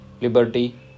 liberty